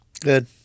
Good